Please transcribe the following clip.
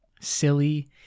silly